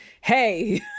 hey